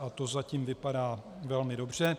A to zatím vypadá velmi dobře.